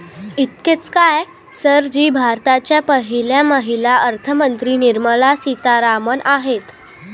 इतकेच काय, सर जी भारताच्या पहिल्या महिला अर्थमंत्री निर्मला सीतारामन आहेत